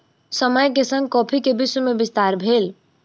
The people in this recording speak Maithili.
समय के संग कॉफ़ी के विश्व में विस्तार भेल